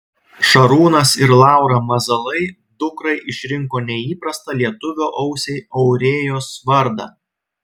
šarūnas ir laura mazalai dukrai išrinko neįprastą lietuvio ausiai aurėjos vardą